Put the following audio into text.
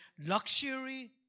luxury